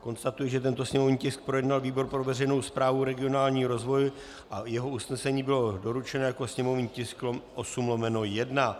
Konstatuji, že tento sněmovní tisk projednal výbor pro veřejnou správu, regionální rozvoj a jeho usnesení bylo doručeno jako sněmovní tisk 8/1.